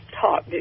talk